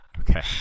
Okay